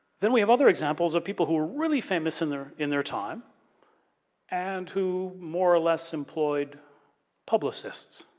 then, we have other examples of people who were really famous in their in their time and who more or less employed publicists.